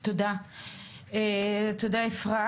תודה, אפרת.